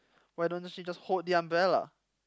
why don't she just hold the umbrella